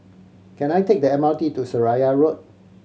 can I take the M R T to Seraya Road